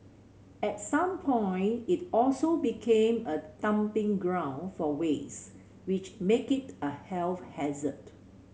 at some point it also became a dumping ground for waste which made it a health hazard